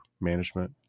management